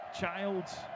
Childs